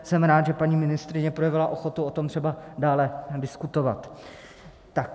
Jsem rád, že paní ministryně projevila ochotu o tom třeba dále diskutovat, tak 6401.